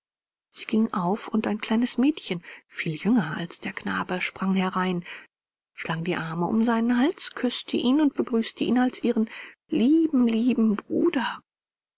sie ging auf und ein kleines mädchen viel jünger als der knabe sprang herein schlang die arme um seinen hals küßte ihn und begrüßte ihn als ihren lieben lieben bruder